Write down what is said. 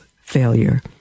failure